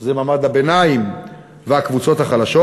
זה מעמד הביניים והקבוצות החלשות.